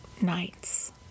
nights